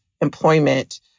employment